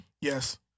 Yes